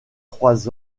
trois